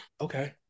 Okay